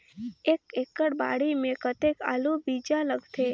एक एकड़ बाड़ी मे कतेक आलू बीजा लगथे?